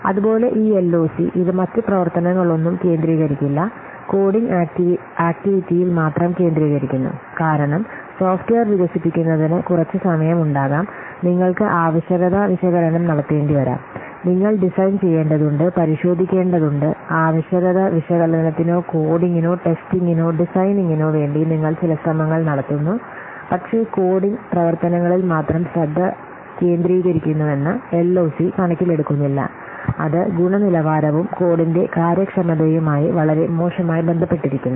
അതുപോലെ ഈ എൽഒസി ഇത് മറ്റ് പ്രവർത്തനങ്ങളൊന്നും കേന്ദ്രീകരിക്കില്ല കോഡിംഗ് ആക്റ്റിവിറ്റിയിൽ മാത്രം കേന്ദ്രീകരിക്കുന്നു കാരണം സോഫ്റ്റ്വെയർ വികസിപ്പിക്കുന്നതിന് കുറച്ച് സമയമുണ്ടാകാം നിങ്ങൾക്ക് ആവശ്യകത വിശകലനം നടത്തേണ്ടിവരാം നിങ്ങൾ ഡിസൈൻ ചെയ്യേണ്ടതുണ്ട് പരിശോധിക്കേണ്ടതുണ്ട് ആവശ്യകത വിശകലനത്തിനോ കോഡിംഗിനോ ടെസ്റ്റിംഗിനോ ഡിസൈനിംഗിനോ വേണ്ടി നിങ്ങൾ ചില ശ്രമങ്ങൾ നടത്തുന്നു പക്ഷേ കോഡിംഗ് പ്രവർത്തനങ്ങളിൽ മാത്രം ശ്രദ്ധ കേന്ദ്രീകരിക്കുന്നുവെന്ന് എൽഒസി കണക്കിലെടുക്കുന്നില്ല അത് ഗുണനിലവാരവും കോഡിന്റെ കാര്യക്ഷമതയുമായി വളരെ മോശമായി ബന്ധപ്പെട്ടിരിക്കുന്നു